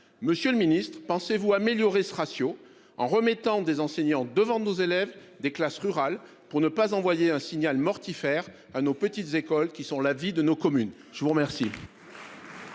Monsieur le ministre, avez-vous l'intention d'améliorer ce ratio, en remettant des enseignants devant nos élèves des classes rurales, pour ne pas envoyer un signal mortifère à nos petites écoles, qui sont la vie de nos communes ? La parole